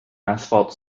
asphalt